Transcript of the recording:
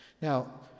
Now